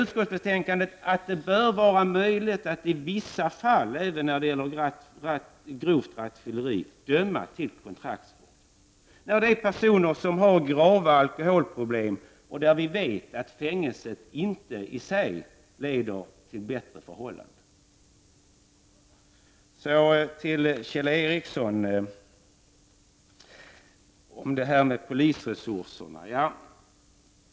Utskottet menar att det bör vara möjligt att i vissa fall, även när det gäller grovt rattfylleri, döma till kontraktsvård. Det gäller personer som har grava alkoholproblem och för vilka ett fängelsestraff inte leder till bättre förhållanden. Så till Kjell Ericssons kommentarer. Det gäller de begränsade polisresurserna.